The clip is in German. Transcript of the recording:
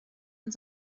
und